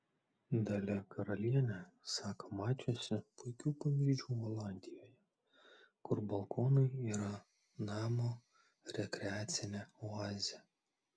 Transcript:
dalia karalienė sako mačiusi puikių pavyzdžių olandijoje kur balkonai yra namo rekreacinė oazė